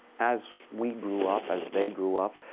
as we grew up, as they grew up,